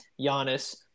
Giannis